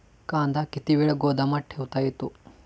कांदा किती वेळ गोदामात ठेवता येतो?